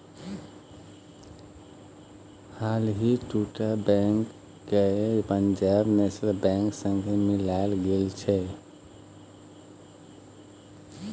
हालहि दु टा बैंक केँ पंजाब नेशनल बैंक संगे मिलाएल गेल छै